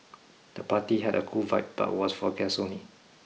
the party had a cool vibe but was for guests only